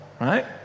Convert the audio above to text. Right